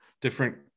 Different